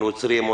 נוצרים,